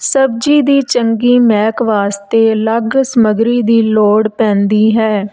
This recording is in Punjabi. ਸਬਜ਼ੀ ਦੀ ਚੰਗੀ ਮਹਿਕ ਵਾਸਤੇ ਅਲੱਗ ਸਮੱਗਰੀ ਦੀ ਲੋੜ ਪੈਂਦੀ ਹੈ